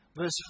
verse